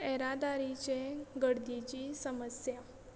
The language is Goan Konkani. येरादारीचे गर्देची समस्या